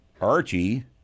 archie